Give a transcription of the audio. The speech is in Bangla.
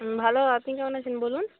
হুম ভালো আপনি কেমন আছেন বলুন